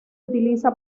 utiliza